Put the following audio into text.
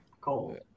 cold